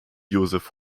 josef